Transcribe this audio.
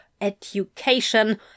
education